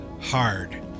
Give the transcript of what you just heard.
hard